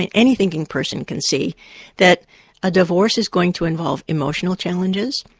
and any thinking person can see that a divorce is going to involve emotional challenges,